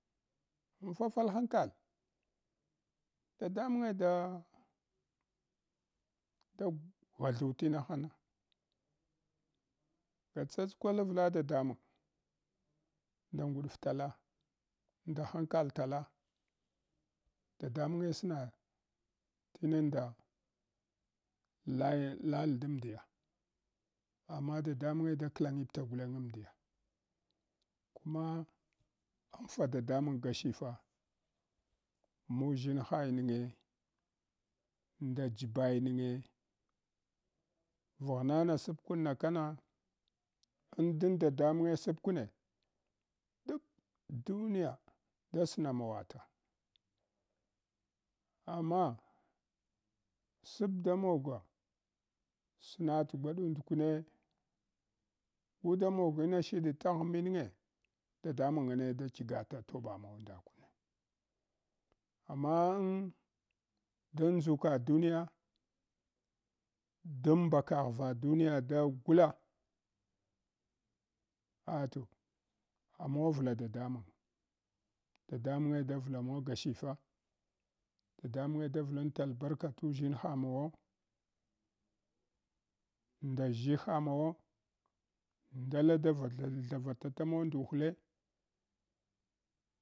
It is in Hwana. En fafal hankal dadamange da da ghalthu tinahana gwa tsatskwal arle dadamang nda ngudug tala nda hankal tala dadamange sina tinuda lai lal damdiya amma dadamange da klagipla guleng amdiya kuma amʒa dadamang gashifa mu ʒshinhayinige nda yibayinige vaghana sakuna kana an din dadamange sabgkune duk uniya da snamawata amma sabdamogo snatagwadund kume gu da mog inashid taghminige dadamangange da kigata tobamawa na kune amma en damʒuka duniya, dan mbakaghiva duniya da gula ah toh amawavla dadamung. Dadamunge da vlamawa gashifa. Dadamunge da vlin tal barka tushinha mawa nda zshiha mawa ndala da glthavatalamawa nduh le.